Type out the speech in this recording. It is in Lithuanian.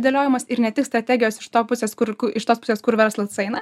dėliojimas ir ne tik strategijos iš to pusės kur iš tos pusės kur verslas eina